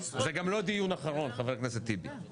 זה גם לא דיון אחרון ח"כ טיבי.